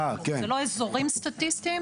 אלו לא אזורים סטטיסטיים,